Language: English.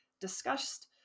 discussed